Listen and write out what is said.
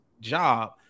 job